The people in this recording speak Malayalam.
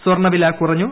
സ്വർണ്ണവില കുറഞ്ഞു